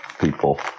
people